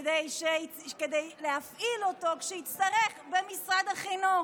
כדי להפעיל אותו כשיצטרך במשרד החינוך.